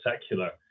secular